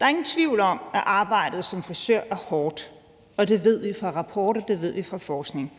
Der er ingen tvivl om, at arbejdet som frisør er hårdt. Det ved vi fra rapporter; det ved vi fra forskning.